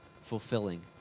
fulfilling